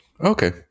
Okay